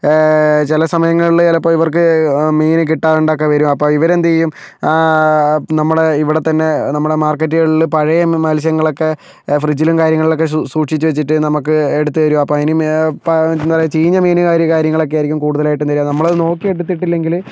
ചില സമയങ്ങളിൽ ചിലപ്പോൾ ഇവർക്ക് മീൻ കിട്ടാണ്ടൊക്കെ വരും അപ്പം ഇവര് എന്ത് ചെയ്യും നമ്മൾ ഇവിടെ തന്നെ നമ്മളുടെ മാർക്കറ്റുകളിൽ പഴയ മത്സ്യങ്ങളൊക്കെ ഫ്രിഡ്ജിലും കാര്യങ്ങളിലുമൊക്കെ സു സൂക്ഷിച്ച് വെച്ചിട്ട് നമുക്ക് എടുത്ത് തരും ഇപ്പോൾ അതിന് ഇപ്പോൾ എന്താ പറയുക ചീഞ്ഞ മീന് ആയ കാര്യങ്ങളൊക്കെ ആയിരിക്കും കൂടുതലായിട്ടും തരിക നമ്മൾ അത് നോക്കി എടുത്തിട്ടില്ല എങ്കില്